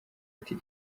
ati